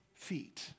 feet